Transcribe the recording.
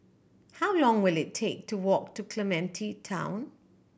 how long will it take to walk to Clementi Town